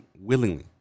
willingly